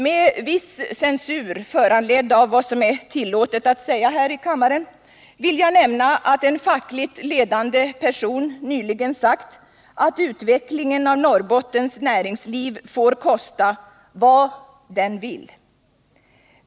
Med viss censur, föranledd av bestämmelserna för vad som är tillåtet att säga här i kammaren, vill jag nämna att en fackligt ledande person nyligen sagt att utvecklingen av Norrbottens näringsliv får kosta vad den vill.